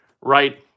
right